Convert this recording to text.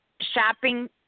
Shopping